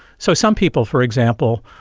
so some people, for example,